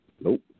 Nope